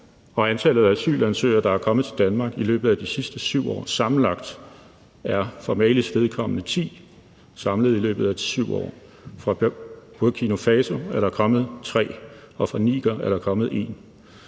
Antallet af asylansøgere, der er kommet til Danmark i løbet af de sidste 7 år, altså sammenlagt, er for Malis vedkommende ti, altså samlet set i løbet af 7 år. Fra Burkina Faso er der kommet tre. Og fra Niger er der kommet en.